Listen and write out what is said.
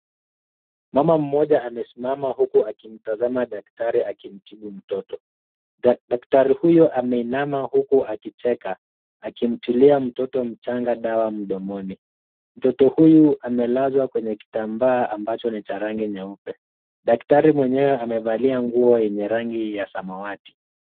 Mama mmoja amesimama huku akimtazama daktari akimtibu mtoto. Daktari huyo ameinama huku akicheka, akimtilia mtoto mchanga dawa mdomoni. Mtoto huyu amelazwa kwenye kitambaa ambacho ni cha rangi nyeupe. Daktari mwenyewe amevalia nguo yenye rangi ya samawati.